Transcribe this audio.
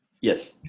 Yes